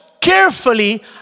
carefully